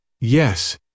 Yes